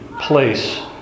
place